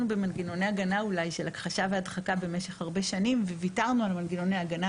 מעלים עין מהחברה החרדית וזה לא מגיע אליו טועה בגדול.